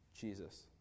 Jesus